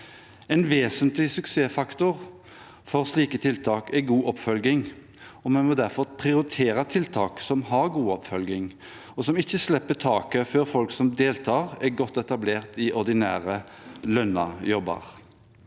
En vesentlig suksessfaktor for slike tiltak er god oppfølging, og vi må derfor prioritere tiltak som gir god oppfølging, og som ikke slipper taket før folk som deltar, er godt etablert i ordinær, lønnet jobb.